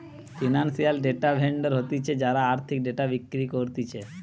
financial data vendor হতিছে যারা আর্থিক ডেটা বিক্রি করতিছে